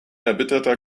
erbitterter